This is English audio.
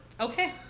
Okay